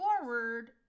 forward